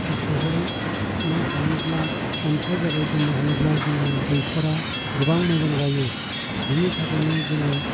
सोहरनो हायोब्ला अन्थाइ बारियाव दोननो हायोब्ला जोङो दैखरा गोबां मोजां जायो बेनि थाखायनो जोङो